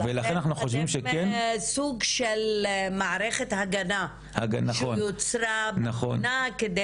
אבל אתם סוג של "מערכת הגנה" שיוצרה במדינה כדי